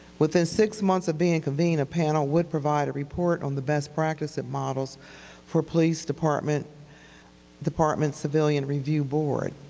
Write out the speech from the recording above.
within six months of being convened, a panel would provide a report on the best practice and models for police department department civilian review board.